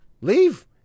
Leave